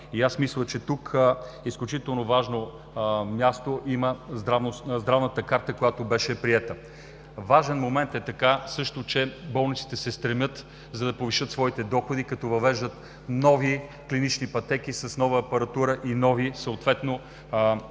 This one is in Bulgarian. и аз мисля, че тук изключително важно място има здравната карта, която беше приета. Важен момент също така е, че болниците се стремят да повишат своите доходи като въвеждат нови клинични пътеки с нова апаратура и нови, съответно,